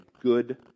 good